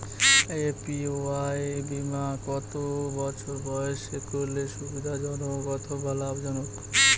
APY বীমা কত বছর বয়সে করলে সুবিধা জনক অথবা লাভজনক?